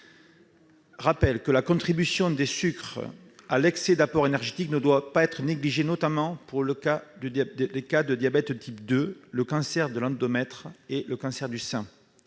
rappelle que « la contribution des sucres à l'excès d'apport énergétique ne doit pas être négligée, notamment pour le diabète de type 2, le cancer de l'endomètre et le cancer du sein